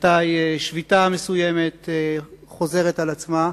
מתי שביתה מסוימת חוזרת על עצמה.